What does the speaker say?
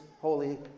holy